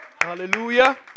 Hallelujah